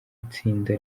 itsinda